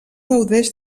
gaudeix